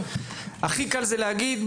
הכי קל להגיד: